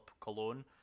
cologne